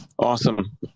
Awesome